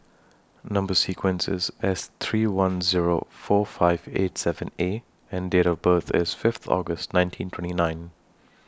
Number sequence IS S three one Zero four five eight seven A and Date of birth IS Fifth August nineteen twenty nine